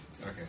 Okay